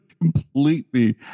completely